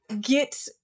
get